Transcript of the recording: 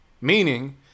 Meaning